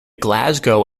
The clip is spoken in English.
glasgow